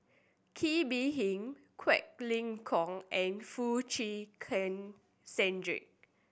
Kee Bee Khim Quek Ling Kiong and Foo Chee Keng Cedric